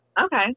Okay